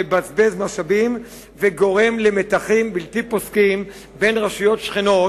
מבזבז משאבים וגורם למתחים בלתי פוסקים בין רשויות שכנות,